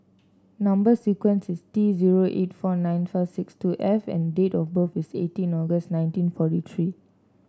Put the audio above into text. number sequence is T zero eight four nine five six two F and date of birth is eighteen August nineteen forty three